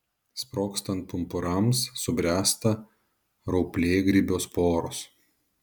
sprogstant pumpurams subręsta rauplėgrybio sporos